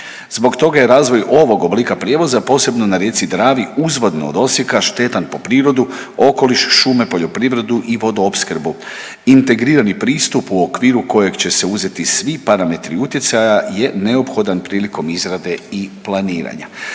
Zbog toga je razvoj ovog oblika prijevoza posebno na rijeci Dravi uzvodno od Osijeka štetan po prirodu, okoliš, šume, poljoprivredu i vodoopskrbu, integrirani pristup u okviru kojeg će se uzeti svi parametri utjecaja je neophodan prilikom izrade i planiranja.